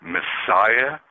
Messiah